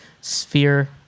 sphere